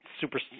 super